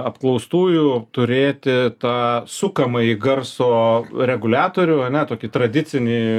apklaustųjų turėti tą sukamąjį garso reguliatorių ane tokį tradicinį